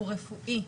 רפואית.